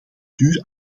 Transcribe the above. duur